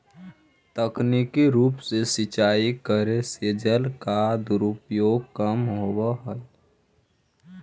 तकनीकी रूप से सिंचाई करे से जल के दुरुपयोग कम होवऽ हइ